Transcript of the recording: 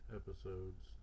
episodes